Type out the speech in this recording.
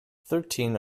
thirteen